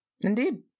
Indeed